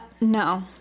No